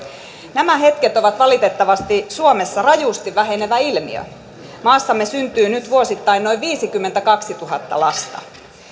nämä hetket ovat valitettavasti suomessa rajusti vähenevä ilmiö maassamme syntyy nyt vuosittain noin viisikymmentäkaksituhatta lasta